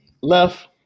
Left